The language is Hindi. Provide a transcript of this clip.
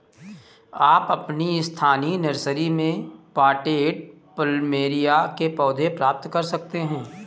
आप अपनी स्थानीय नर्सरी में पॉटेड प्लमेरिया के पौधे प्राप्त कर सकते है